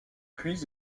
puis